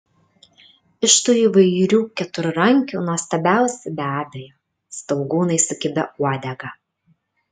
iš tų įvairių keturrankių nuostabiausi be abejo staugūnai su kibia uodega